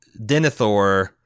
Denethor